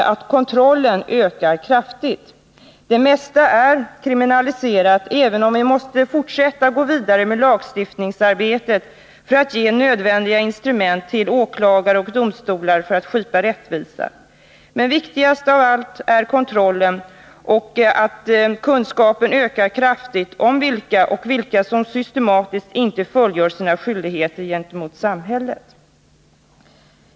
21 maj 1981 Det mesta är kriminaliserat, även om vi måste gå vidare med lagstiftningsarbetet i syfte att ge åklagare och domstolar nödvändiga instrument för att skipa rättvisa. Men viktigast av allt är att kontrollen och kunskapen kraftigt ökar när det gäller att fastställa vilka som systematiskt inte fullgör sina skyldigheter gentemot samhället.